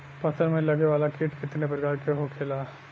फसल में लगे वाला कीट कितने प्रकार के होखेला?